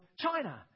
China